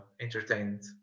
entertained